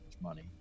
money